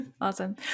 Awesome